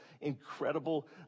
incredible